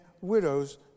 widows